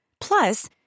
Plus